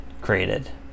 created